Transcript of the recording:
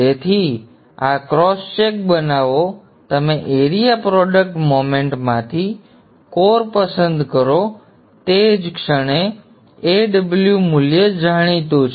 તેથી આ cross check બનાવો તમે એરિયા પ્રોડક્ટ મોમેન્ટ માંથી કોર પસંદ કરો તે જ ક્ષણે Aw મૂલ્ય જાણીતું છે